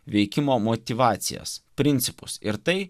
veikimo motyvacijas principus ir tai